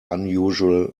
unusual